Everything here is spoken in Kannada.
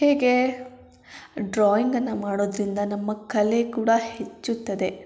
ಹೇಗೆ ಡ್ರಾಯಿಂಗನ್ನು ಮಾಡೋದರಿಂದ ನಮ್ಮ ಕಲೆ ಕೂಡ ಹೆಚ್ಚುತ್ತದೆ